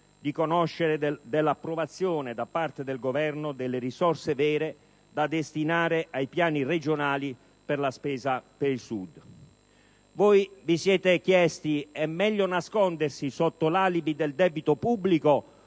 di conoscere dell'approvazione da parte del Governo delle risorse vere da destinare ai piani regionali per la spesa per il Sud. Voi vi siete chiesti: è meglio nascondersi sotto l'alibi del debito pubblico